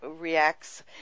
reacts